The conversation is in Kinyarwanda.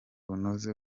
bunoze